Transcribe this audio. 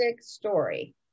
story